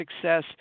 success